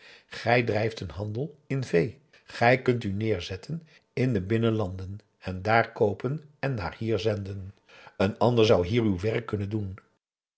grij drijft een handel in vee gij kunt u neerzetten in de binnenlanden en daar koopen en naar hier zenden een ander zou hier uw werk kunnen doen